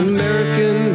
American